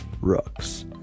rooks